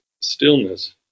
stillness